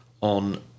on